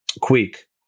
quick